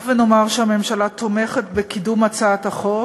נפתח ונאמר שהממשלה תומכת בקידום הצעת החוק,